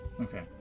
Okay